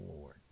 Lord